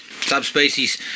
Subspecies